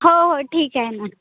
हो हो ठीक आहे ना